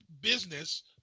business